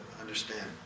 understand